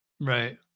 Right